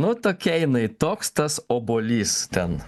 nu tokia jinai toks tas obuolys ten